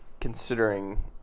considering